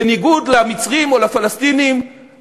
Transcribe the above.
בניגוד למצרים או לפלסטינים,